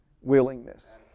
Willingness